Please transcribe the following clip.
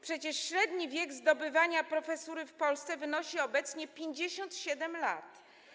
Przecież średni wiek zdobywania profesury w Polsce wynosi obecnie 57 lat.